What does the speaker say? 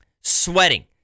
Sweating